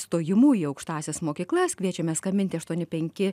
stojimu į aukštąsias mokyklas kviečiame skambinti aštuoni penki